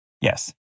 Yes